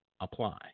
apply